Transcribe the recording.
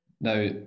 Now